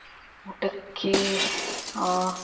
ಊಟಕ್ಕೆ